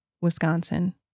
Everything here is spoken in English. Wisconsin